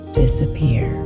disappear